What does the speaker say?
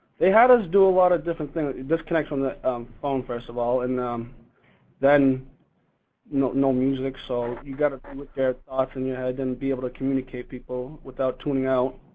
they had us do a lot of different things. disconnect from the phone first of all, and then no music so you've gotta mute that off in your head and be able to communicate people without tuning out.